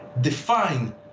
define